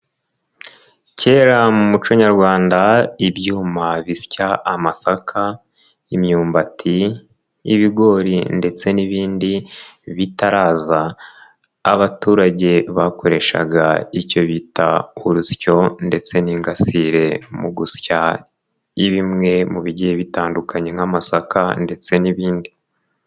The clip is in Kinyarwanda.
Kera mu muco nyarwanda ibyuma bisya amasaka, imyumbati, ibigori ndetse n'ibindi bitaraza, abaturage bakoreshaga icyo bita urusyo ndetse n'ingasire mu gusya bimwe mu bigiye bitandukanye nk'amasaka ndetse n'ibindi.